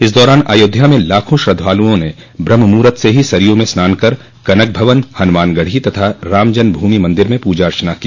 इस दौरान अयोध्या में लाखों श्रद्धालुओं ने ब्रम्हमूहूर्त से ही सरयू में स्नान कर कनक भवन हनुमानगढ़ी तथा रामजन्मभूमि मंदिर में पूजा अर्चना की